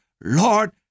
Lord